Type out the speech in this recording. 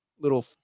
little